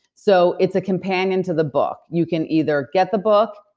so, it's a companion to the book. you can either get the book,